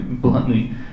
bluntly